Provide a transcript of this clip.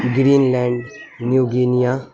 green land new Guinea